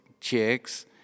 chicks